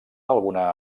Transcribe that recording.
alguna